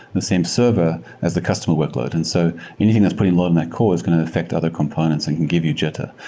the same server as the customer workload. and so anything that's putting a load in that core is going to affect other components and can give you jitter.